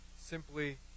simply